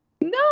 No